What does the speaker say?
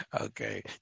okay